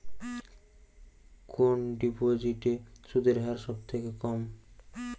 কোন ডিপোজিটে সুদের হার সবথেকে কম?